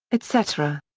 etc.